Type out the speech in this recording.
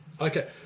Okay